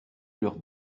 leur